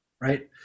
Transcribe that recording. right